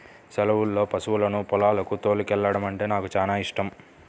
సెలవుల్లో పశువులను పొలాలకు తోలుకెల్లడమంటే నాకు చానా యిష్టం